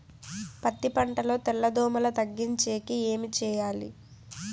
పత్తి పంటలో తెల్ల దోమల తగ్గించేకి ఏమి చేయాలి?